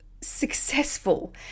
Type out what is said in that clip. successful